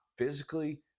physically